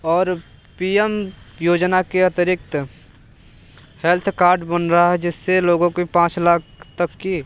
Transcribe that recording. और P M योजना के अतिरिक्त हेल्थ कार्ड बन रहा है जिससे लोगो की पाँच लाख तक की